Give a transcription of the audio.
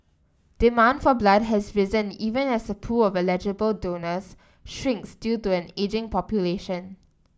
demand for blood has risen even as the pool of eligible donors shrinks due to an ageing population